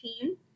team